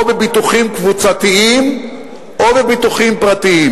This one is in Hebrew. או בביטוחים קבוצתיים או בביטוחים פרטיים,